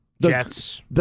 Jets